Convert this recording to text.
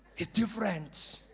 he's different.